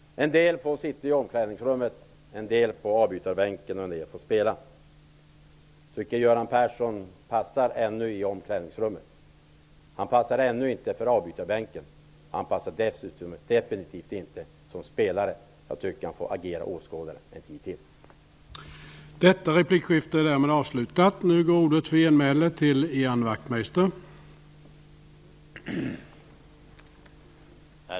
En del får sitta i omklädningsrummet, en del på avbytarbänken och en del får spela. Jag tycker att Göran Persson passar i omklädningsrummet. Han passar ännu inte för avbytarbänken, och han passar definitivt inte som spelare. Jag tycker att han bör agera åskådare ytterligare en tid.